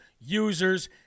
users